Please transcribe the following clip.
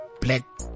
black